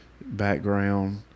background